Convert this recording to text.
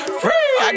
free